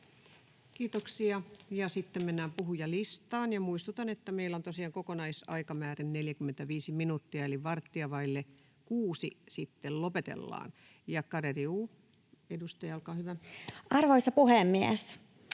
Kiitoksia. — Ja sitten mennään puhujalistaan. Muistutan, että meillä on tosiaan kokonaisaikamääre 45 minuuttia, eli varttia vaille kuusi sitten lopetellaan. — Ja edustaja Garedew, olkaa hyvä. Arvoisa puhemies!